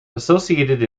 associated